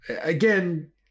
Again